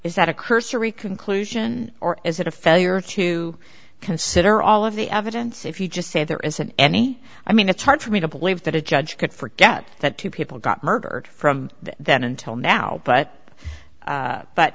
is that a cursory conclusion or is it a failure to consider all of the evidence if you just say there isn't any i mean it's hard for me to believe that a judge could forget that two people got murder from then until now but